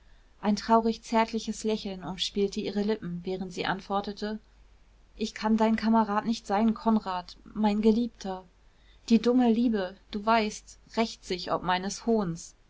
ein traurig zärtliches lächeln umspielte ihre lippen während sie antwortete ich kann dein kamerad nicht sein konrad mein geliebter die dumme liebe du weißt rächt sich ob meines hohns